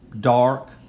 dark